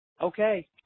Okay